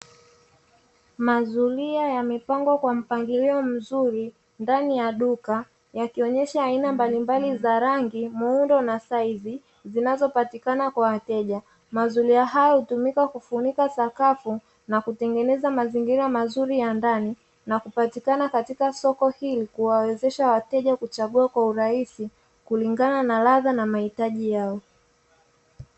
Mazulia yamepangwa kwa mpangilio mzuri, ndani ya duka, yakionyesha aina mbalimbali za rangi, muundo na saizi zinazopatikana kwa wateja. mazulia hayo hutumika kufunika sakafu na kutengeneza mazingira mazuri ya ndani, na hupatikana katika soko hili, huwawezesha wateja kuchagua kwa urahisi kulingana na ladha na mahitaji yao.